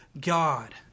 God